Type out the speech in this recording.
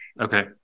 Okay